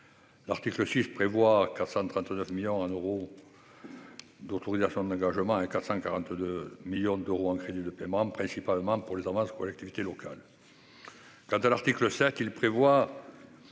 L'article 6 prévoit 439 millions d'euros en autorisations d'engagement et 442 millions d'euros en crédits de paiement, principalement pour les avances aux collectivités territoriales. Quant à l'article 7, il prévoit